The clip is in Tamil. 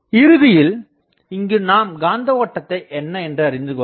இறுதியில் இங்கு நாம் காந்த ஓட்டத்தை என்ன என்று அறிந்து கொள்ளலாம்